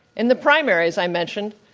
and the primary, as i mentioned,